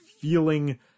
feeling